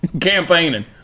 campaigning